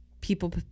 people